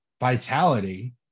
vitality